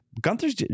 Gunther's